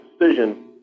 decision